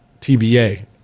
TBA